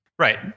Right